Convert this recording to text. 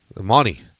Money